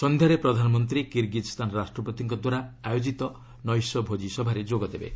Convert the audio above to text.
ସନ୍ଧ୍ୟାରେ ପ୍ରଧାନମନ୍ତ୍ରୀ କିର୍ଗିଜ୍ସାନ ରାଷ୍ଟ୍ରପତିଙ୍କ ଦ୍ୱାରା ଆୟୋଜିତ ନୈଶ୍ୟ ଭୋଜିସଭାରେ ଯୋଗ ଦେବେ